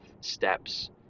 steps